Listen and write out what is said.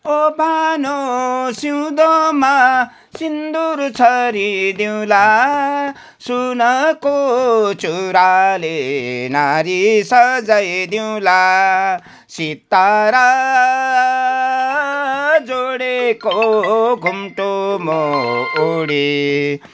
ओबानो सिउँदोमा सिन्दुर छरिदिउँला सुनको चुराले नाडी सजाइदिउँला सितारा जडेको घुम्टो म ओढी